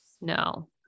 No